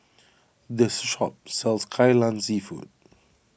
this shop sells Kai Lan Seafood